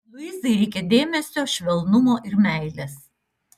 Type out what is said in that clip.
luizai reikia dėmesio švelnumo ir meilės